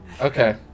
Okay